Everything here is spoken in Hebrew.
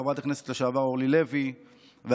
חברת הכנסת לשעבר אורלי לוי ואחרים.